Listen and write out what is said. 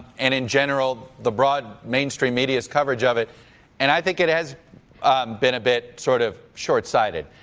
and in general, the broad mainstream media's coverage of it and i think it has been a bit sort of shortsighted.